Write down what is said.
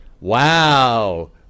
wow